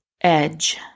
edge